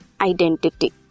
identity